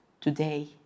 today